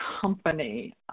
company